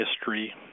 history